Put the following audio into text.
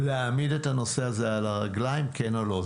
להעמיד את הנושא הזה על הרגליים, כן או לא.